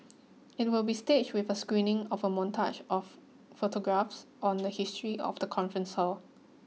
it will be staged with a screening of a montage of photographs on the history of the conference hall